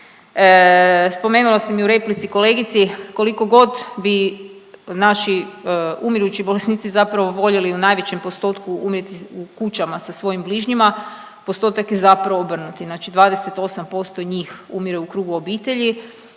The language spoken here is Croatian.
Spomenula sam i u replici kolegici koliko god bi naši umirući bolesnici zapravo voljeli u najvećem postotku umrijeti u kućama sa svojim bližnjima, postotak je zapravo obrnuti, znači 28% njih umire u krugu obitelji,